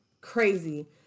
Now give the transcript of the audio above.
crazy